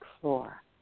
floor